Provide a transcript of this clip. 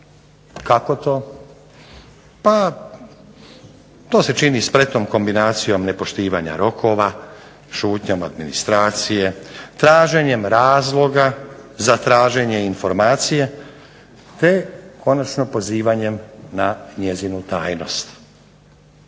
Kako to? Pa to se čini spretnom kombinacijom nepoštivanja rokova, šutnjom administracije, traženjem razloga za traženje informacije te konačno pozivanjem na njezinu tajnost.